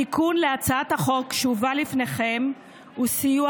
התיקון להצעת החוק שהובאה בפניכם הוא סיוע